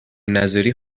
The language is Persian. نذاری